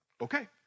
okay